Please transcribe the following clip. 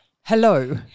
Hello